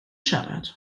siarad